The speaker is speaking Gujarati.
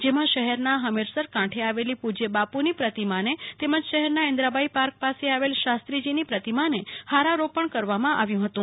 જેમાં શહેરના હમીરસરકાંઠે આવેલી પુ જય બાપુની પ્રતિમાને તેમજ શહેરના ઈન્દ્રાબાઈ પાર્ક પાસે આવેલ શાસ્ત્રીજીની પ્રતિમાને હારારોપણ કરવામાં આવ્યુ હતું